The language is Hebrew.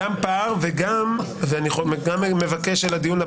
לא נעשים על הנפת דגל ואם מוכר לי מקרה כזה.